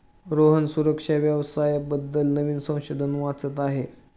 रोहन सुरक्षा व्यवसाया बद्दल नवीन संशोधन वाचत आहे